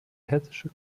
hessische